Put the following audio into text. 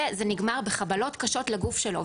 וזה נגמר בחבלות קשות לגוף שלו.